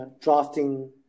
drafting